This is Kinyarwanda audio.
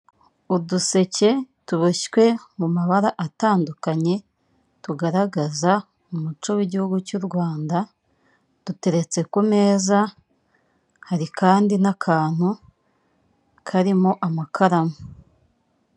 Uduseke tuboshywe mu mabara atandukanye, tugaragaza umuco w'igihugu cy'u Rwanda, duteretse ku meza hari kandi n'akantu karimo amakaramu.